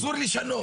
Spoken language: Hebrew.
אסור לשנות.